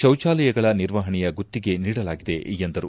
ಶೌಚಾಲಯಗಳ ನಿರ್ವಹಣೆಯ ಗುತ್ತಿಗೆ ನೀಡಲಾಗಿದೆ ಎಂದರು